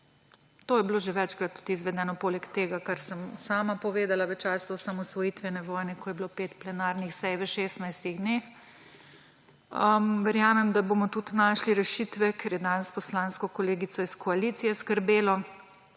To je bilo tudi že večkrat izvedeno, poleg tega kar sem sama povedala, v času osamosvojitvene vojne, ko je bilo pet plenarnih sej v 16 dneh. Verjamem, da bomo tudi našli rešitve, ker je danes poslansko kolegico iz koalicije skrbelo,